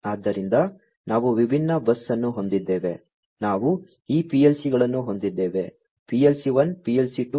ಆದ್ದರಿಂದ ನಾವು ವಿಭಿನ್ನ ಬಸ್ ಅನ್ನು ಹೊಂದಿದ್ದೇವೆ ನಾವು ಈ PLC ಗಳನ್ನು ಹೊಂದಿದ್ದೇವೆ PLC 1 PLC 2